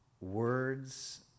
words